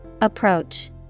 Approach